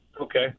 Okay